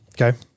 Okay